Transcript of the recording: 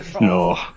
no